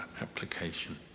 application